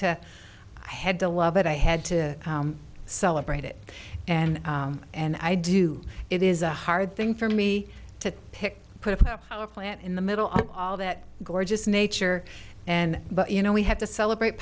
i had to love it i had to celebrate it and and i do it is a hard thing for me to pick put up a plant in the middle of all that gorgeous nature and but you know we have to celebrate